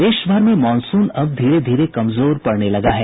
प्रदेश भर में मॉनसून अब धीरे धीरे कमजोर पड़ने लगा है